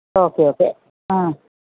okay okay ആ